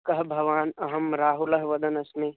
कः भवान् अहं राहुलः वदन् अस्मि